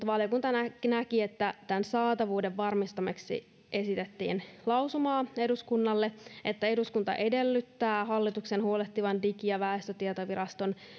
valiokunta näki tarpeelliseksi tämän saatavuuden varmistamiseksi esittää lausumaa eduskunnalle eduskunta edellyttää hallituksen huolehtivan digi ja väestötietoviraston